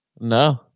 No